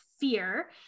fear